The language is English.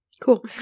Cool